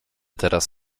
teraz